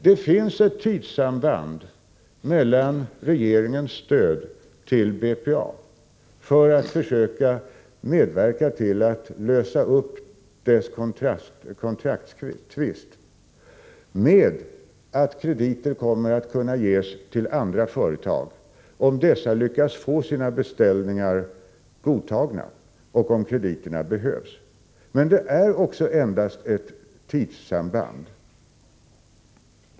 Det finns ett tidssamband mellan regeringens stöd till BPA för att försöka medverka till att lösa upp dess kontraktstvist och att krediter kommer att kunna ges till andra företag om dessa lyckas få sina beställningar godtagna och om krediterna behövs. Men det är endast ett tidssamband.